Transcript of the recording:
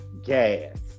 gas